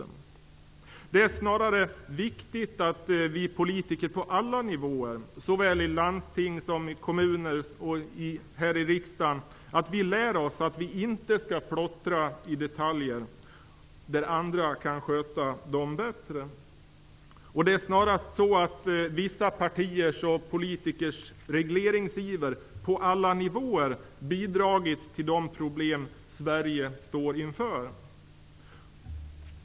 Snarare är det viktigt att vi politiker på alla nivåer -- såväl i landsting och kommuner som här i riksdagen -- lär oss att vi inte skall plottra i detaljer på områden som andra bättre kan sköta. Vissa partiers och politikers regleringsiver på alla nivåer har snarare bidragit till de problem som Sverige står inför.